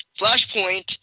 Flashpoint